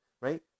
Right